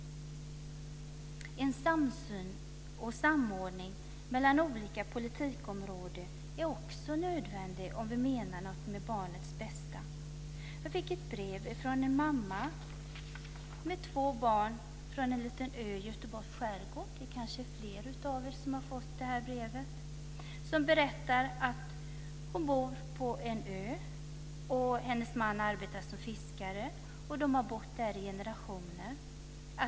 En samsyn och samordning mellan olika politikområden är också nödvändig om vi menar något med barnets bästa. Jag fick ett brev från en mamma med två barn som bor på en liten ö i Göteborgs skärgård. Det kanske är fler av er som har fått detta brev. Hon berättar att hon bor på en ö, hennes man arbetar som fiskare, och de har bott där i generationer.